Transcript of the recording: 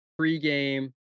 pregame